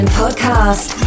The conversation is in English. podcast